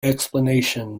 explanation